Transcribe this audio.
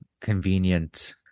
convenient